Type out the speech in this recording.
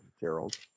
Gerald